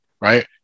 right